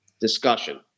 discussion